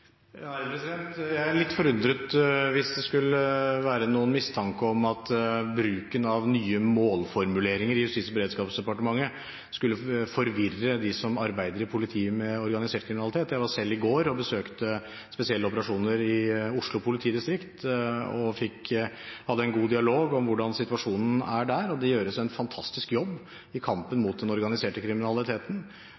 Jeg er litt forundret hvis det skulle være noen mistanke om at bruken av nye målformuleringer i Justis- og beredskapsdepartementet skulle forvirre dem som arbeider i politiet med organisert kriminalitet. Jeg besøkte selv i går Spesielle operasjoner i Oslo politidistrikt og hadde en god dialog om hvordan situasjonen er der. Det gjøres en fantastisk jobb i kampen